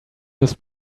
this